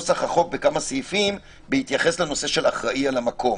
בהתייחס לאחראי על המקום.